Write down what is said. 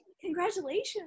Congratulations